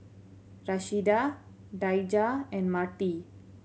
Rashida Daijah and Marty